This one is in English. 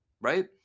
right